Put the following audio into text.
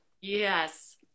Yes